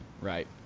right